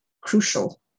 crucial